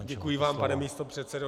Děkuji vám, pane místopředsedo.